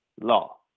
Law